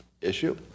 issue